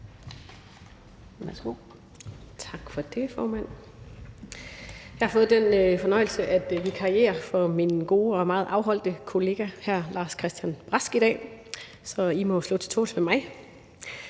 Jeg har fået den fornøjelse at vikariere for min meget gode og afholdte kollega, hr. Lars-Christian Brask, i dag, så I må slå jer til tåls med mig.